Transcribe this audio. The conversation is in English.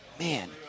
Man